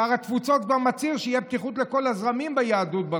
שר התפוצות כבר מצהיר שתהיה פתיחות לכל הזרמים ביהדות,